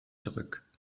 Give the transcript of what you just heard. zurück